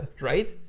right